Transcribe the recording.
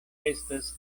estas